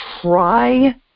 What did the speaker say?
try